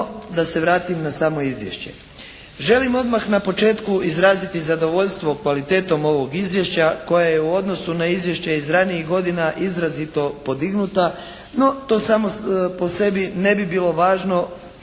da se vratim na samo izvješće. Želim odmah na početku izraziti zadovoljstvo kvalitetom ovog izvješća koje je u odnosu na izvješće iz ranijih godina izrazito podignuta. No, to samo po sebi ne bi bilo važno